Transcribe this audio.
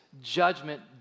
judgment